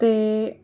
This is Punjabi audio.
ਅਤੇ